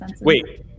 Wait